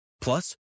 Plus